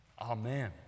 Amen